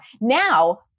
Now